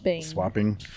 Swapping